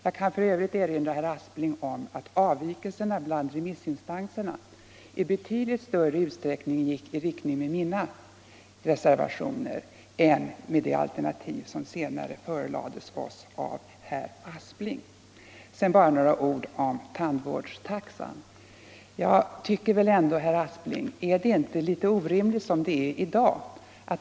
Jag kan för övrigt erinra herr Aspling om att avvikelserna bland remissinstanserna i betydligt större utsträckning överensstämde med mina reservationer än med det alternativ som sedan förelades oss av herr Aspling. Bara några ord om tandvårdstaxan. Är det, herr Aspling, inte litet orimligt som det är i dag?